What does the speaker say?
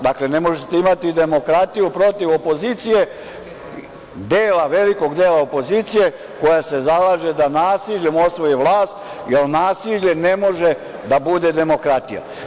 Dakle, ne možete imati demokratiju protiv opozicije, dela, velikog dela opozicije, koja se zalaže da nasiljem osvoji vlast, jer nasilje ne može da bude demokratija.